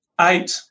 Eight